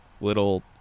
little